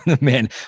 man